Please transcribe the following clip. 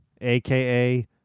AKA